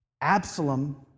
Absalom